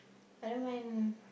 I don't mind